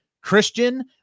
Christian